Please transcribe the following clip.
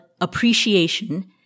appreciation